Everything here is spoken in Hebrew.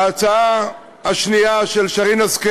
ההצעה השנייה של שרין השכל